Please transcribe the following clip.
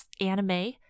anime